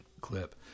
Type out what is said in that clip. clip